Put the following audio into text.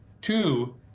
Two